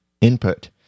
input